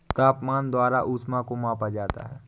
तापमान द्वारा ऊष्मा को मापा जाता है